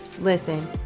Listen